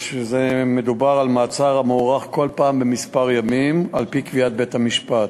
מדובר על מעצר המוארך כל פעם בכמה ימים על-פי קביעת בית-המשפט,